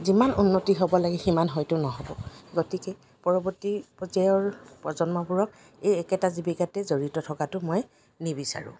যিমান উন্নতি হ'ব লাগে সিমান হয়তো নহয় গতিকে পৰৱৰ্তী পৰ্যায়ৰ প্ৰজন্মবোৰক এই একেটা জীৱিকাতে জড়িত থকাটো মই নিবিচাৰোঁ